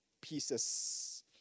pieces